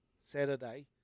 Saturday